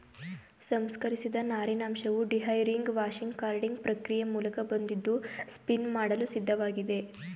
ಸಂಸ್ಕರಿಸಿದ ನಾರಿನಂಶವು dehairing washing carding ಪ್ರಕ್ರಿಯೆ ಮೂಲಕ ಬಂದಿದ್ದು ಸ್ಪಿನ್ ಮಾಡಲು ಸಿದ್ಧವಾಗಿದೆ